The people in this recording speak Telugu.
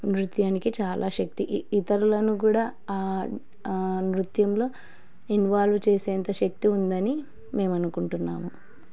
నృత్యానికి చాలా శక్తి ఇతరులను గూడా నృత్యంలో ఇన్వాల్వ్ చేసేంత శక్తి ఉంది అని మేము అనుకుంటున్నాము